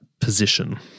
position